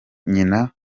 nyina